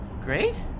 Great